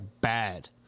bad